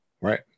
Right